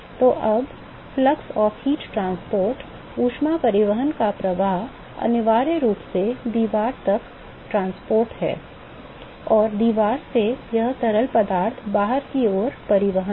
तो अब ऊष्मा परिवहन का प्रवाह ऊष्मा परिवहन का प्रवाह अनिवार्य रूप से दीवार तक परिवहन है और दीवार से यह तरल पदार्थ का बाहर की ओर परिवहन है